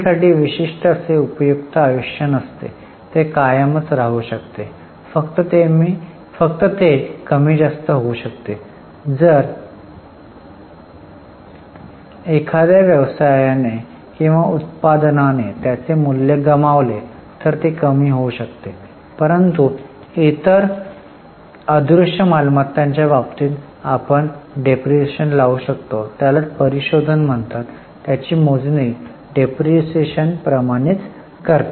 साठी विशिष्ट असे उपयुक्त आयुष्य नसते ते कायमच राहू शकते फक्त ते कमी जास्त होऊ शकते जर एखाद्या व्यवसायाने किंवा उत्पादनाने त्याचे मूल्य गमावले तर ते कमी होऊ शकते परंतु इतर अदृश्य मालमत्तांच्या बाबतीत आपण डिप्रीशीएशन लावू शकतो त्यालाच परीशोधन असे म्हणतात त्याची मोजणी डिप्रीशीएशन प्रमाणेच करतात